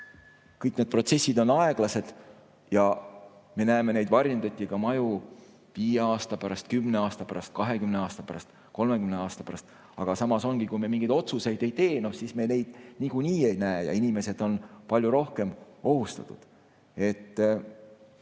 kõik need protsessid on aeglased ja me näeme neid varjenditega maju viie aasta pärast, kümne aasta pärast, kahekümne aasta pärast, kolmekümne aasta pärast. Aga samas, kui me mingeid otsuseid ei tee, siis me neid niikuinii ei näe ja inimesed on palju rohkem ohustatud.